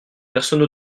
personne